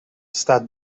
staat